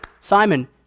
Simon